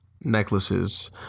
necklaces